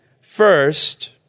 first